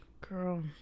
Girl